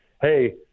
hey